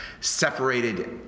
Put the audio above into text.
separated